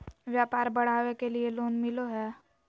व्यापार बढ़ावे के लिए लोन मिलो है?